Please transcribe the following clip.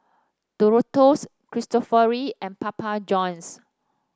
Doritos Cristofori and Papa Johns